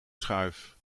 schuif